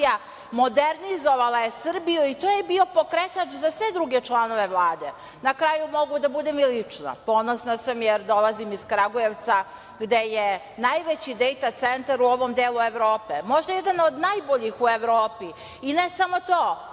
modernizovala je Srbiju i to je bio pokretač za sve druge članove Vlade. Na kraju mogu da budem i lična. Ponosna sam jer dolazim iz Kragujevca, gde je najveći dejta centar u ovom delu Evrope, možda jedan od najboljih u Evropi.I ne samo to,